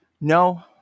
no